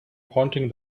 pointing